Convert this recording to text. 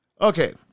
Okay